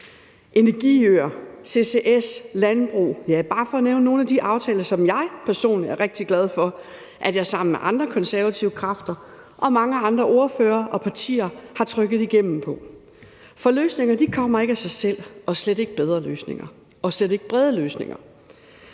Energiøer, CCS, landbrug – bare for at nævne nogle af de aftaler, som jeg personligt er rigtig glad for at jeg sammen med andre konservative kræfter og mange andre ordførere og partier har trykket igennem. For løsninger kommer ikke af sig selv, slet ikke bedre løsninger og slet ikke brede løsninger.